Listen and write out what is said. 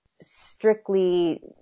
strictly